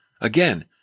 Again